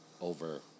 over